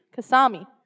Kasami